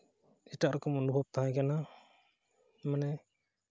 ᱮᱴᱟᱜ ᱨᱚᱠᱚᱢ ᱚᱱᱩᱵᱷᱚᱵ ᱛᱟᱦᱮᱸ ᱠᱟᱱᱟ ᱢᱟᱱᱮ